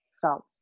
felt